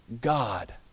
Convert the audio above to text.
God